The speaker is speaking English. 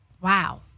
Wow